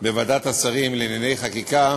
בוועדת השרים לענייני חקיקה